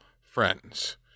friends